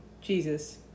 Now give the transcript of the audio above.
Jesus